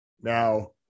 Now